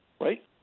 right